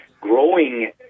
growing